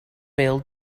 bêl